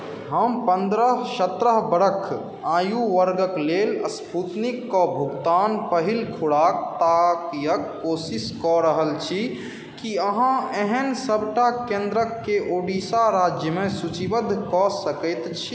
हम पन्द्रह सतरह बरख आयु वर्गक लेल स्पूतनिकके भुगतान पहिल खुराक ताकयके कोशिश कऽ रहल छी की अहाँ एहन सबटा केंद्रके ओडिशा राज्यमे सूचीबद्ध कऽ सकैत छी